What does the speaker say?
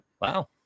Wow